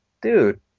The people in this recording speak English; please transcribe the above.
Dude